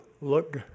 look